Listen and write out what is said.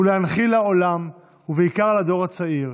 הוא להנחיל לעולם, ובעיקר לדור הצעיר,